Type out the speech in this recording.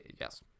Yes